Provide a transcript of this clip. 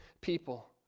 people